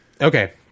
Okay